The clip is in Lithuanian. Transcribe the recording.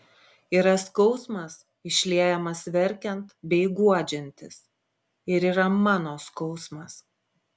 yra skausmas išliejamas verkiant bei guodžiantis ir yra mano skausmas